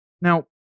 Now